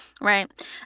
Right